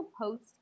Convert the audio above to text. post